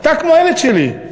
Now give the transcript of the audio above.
אתה כמו הילד שלי.